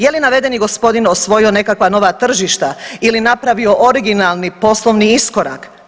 Je li navedeni gospodin osvojio nekakva nova tržišta ili napravio originalni poslovni iskorak?